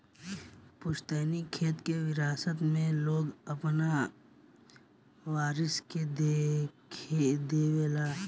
पुस्तैनी खेत के विरासत मे लोग आपन वारिस के देवे ला